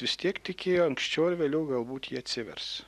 vis tiek tikėjo anksčiau ar vėliau galbūt jie atsivers